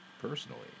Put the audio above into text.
personally